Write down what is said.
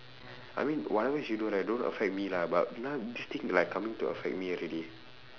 I mean whatever she do right don't affect me lah but now this thing like coming to affect me already